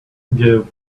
give